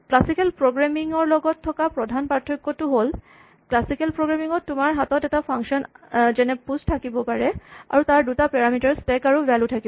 classical programming ৰ লগত প্ৰধান পাৰ্থক্যটো হ'ল ক্লাছিকেল প্ৰগ্ৰেমিং ত তোমাৰ হাতত এটা ফাংচন যেনে প্যুচ থাকিব পাৰে আৰু তাৰ দুটা পাৰামিটাৰ স্টেক আৰু ভ্যেলু থাকিব